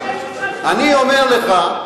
אני אומר לך,